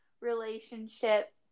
relationship